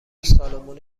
سالمون